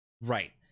Right